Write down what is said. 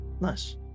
Nice